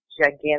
gigantic